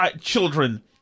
Children